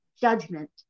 judgment